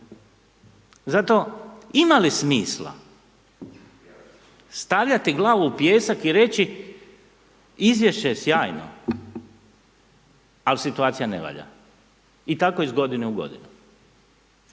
Zato ima li smisla stavljati glavu u pijesak i reći izvješće je sjajno, ali situacija ne valja? I tako iz godine u godinu.